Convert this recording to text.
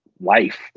life